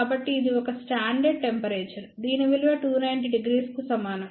కాబట్టి ఇది ఒక స్టాండర్డ్ టెంపరేచర్ దీని విలువ 290° కు సమానం